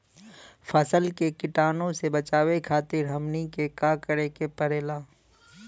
फसल के कीटाणु से बचावे खातिर हमनी के का करे के पड़ेला?